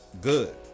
good